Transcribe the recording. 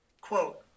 quote